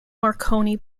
marconi